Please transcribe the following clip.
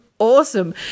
Awesome